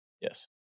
Yes